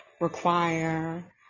require